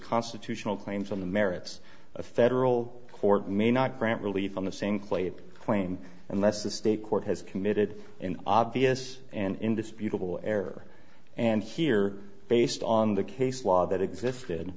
constitutional claims on the merits a federal court may not grant relief on the same claim a claim unless the state court has committed an obvious and indisputable error and here based on the case law that existed